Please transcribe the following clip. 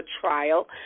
trial